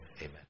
Amen